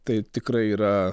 tai tikrai yra